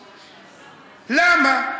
למה?